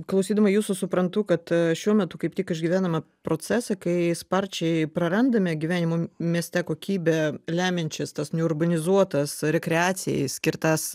klausydama jūsų suprantu kad šiuo metu kaip tik išgyvename procesą kai sparčiai prarandame gyvenimo mieste kokybę lemiančias tas neorganizuotas rekreacijai skirtas